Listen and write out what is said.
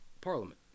parliament